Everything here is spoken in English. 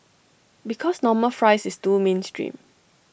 because normal fries is too mainstream